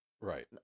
Right